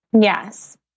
Yes